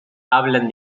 hablan